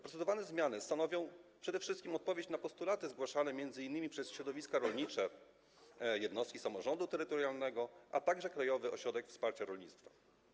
Procedowane zmiany stanowią przede wszystkim odpowiedź na postulaty zgłaszane m.in. przez środowiska rolnicze, jednostki samorządu terytorialnego, a także Krajowy Ośrodek Wsparcia Rolnictwa.